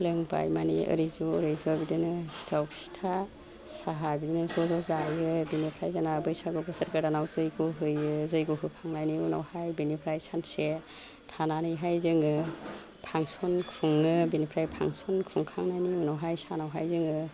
लोंबाय मानि ओरै ज' ओरै ज' बिदिनो सिथाव फिथा साहा बिदिनो ज' ज' जायो बिनिफ्राय जोंना बैसागु बोसोर गोदानाव जैग' होयो जैग' होखांनायनि उनावहाय बेनिफ्राय सानसे थानानैहाय जोङो पांसन खुङो बिनिफ्राय पांसन खुंखांनायनि उनावहाय सानावहाय जोङो